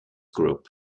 group